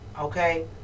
Okay